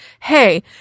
hey